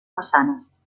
massanes